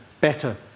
better